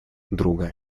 друга